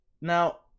Now